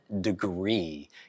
degree